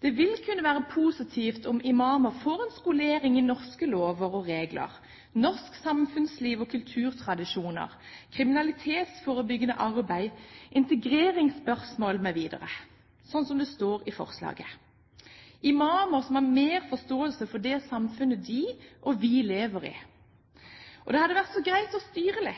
Det vil kunne være positivt om imamer får «en skolering i norske lover og regler, norsk samfunnsliv og kulturtradisjoner, kriminalitetsforebyggende arbeid, integreringsspørsmål mv.», slik det står i forslaget – om imamer får mer forståelse for det samfunnet de og vi lever i. Det hadde vært så greit å styre